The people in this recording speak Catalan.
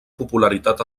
popularitat